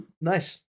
Nice